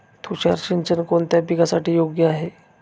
तुषार सिंचन कोणत्या पिकासाठी योग्य आहे?